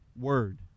word